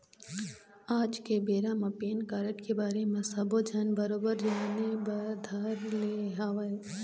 आज के बेरा म पेन कारड के बारे म सब्बो झन बरोबर जाने बर धर ले हवय